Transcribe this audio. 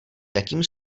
jakým